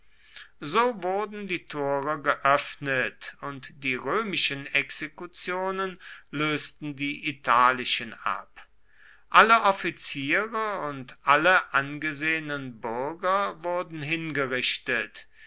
so wurden die tore geöffnet und die römischen exekutionen lösten die italischen ab alle offiziere und alle angesehenen bürger wurden hingerichtet